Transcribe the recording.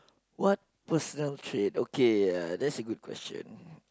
what personal traits okay uh that's a good question